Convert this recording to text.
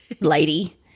lady